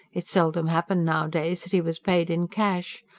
it seldom happened nowadays that he was paid in cash.